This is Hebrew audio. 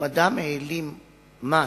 אם אדם העלים מס,